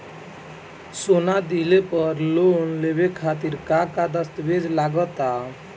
सोना दिहले पर लोन लेवे खातिर का का दस्तावेज लागा ता?